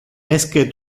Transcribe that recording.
esque